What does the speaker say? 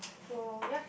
so ya